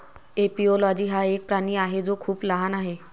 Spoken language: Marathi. एपिओलोजी हा एक प्राणी आहे जो खूप लहान आहे